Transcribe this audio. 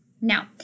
now